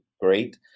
Great